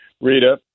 Rita